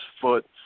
foot